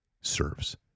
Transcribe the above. serves